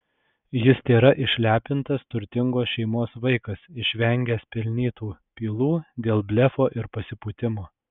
jis tėra išlepintas turtingos šeimos vaikas išvengęs pelnytų pylų dėl blefo ir pasipūtimo